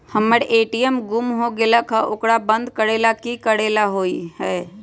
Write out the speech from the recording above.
हमर ए.टी.एम गुम हो गेलक ह ओकरा बंद करेला कि कि करेला होई है?